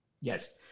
Yes